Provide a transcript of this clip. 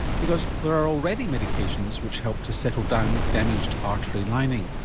because there are already medications which help to settle down damaged artery lining?